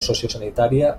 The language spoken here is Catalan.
sociosanitària